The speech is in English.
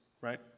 right